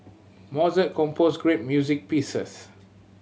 Mozart composed great music pieces